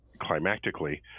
climactically